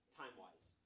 time-wise